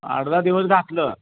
आठ दहा दिवस घातलं